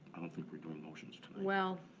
think we're doin' motions tonight. well.